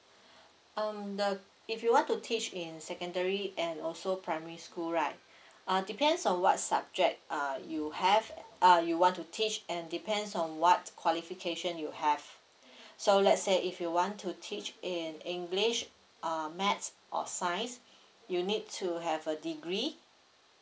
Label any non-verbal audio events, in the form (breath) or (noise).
(breath) um the if you want to teach in secondary and also primary school right (breath) uh depends on what subject uh you have uh you want to teach and depends on what qualification you have (breath) so let's say if you want to change in english uh math or science you need to have a degree